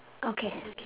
okay